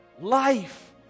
life